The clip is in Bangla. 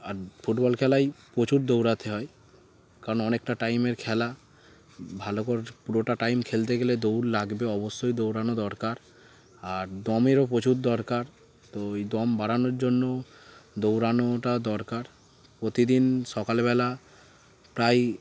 আর ফুটবল খেলায় প্রচুর দৌড়াতে হয় কারণ অনেকটা টাইমের খেলা ভালো করে পুরোটা টাইম খেলতে গেলে দৌড় লাগবে অবশ্যই দৌড়ানো দরকার আর দমেরও প্রচুর দরকার তো ওই দম বাড়ানোর জন্য দৌড়ানোটা দরকার প্রতিদিন সকালবেলা প্রায়